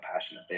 passionate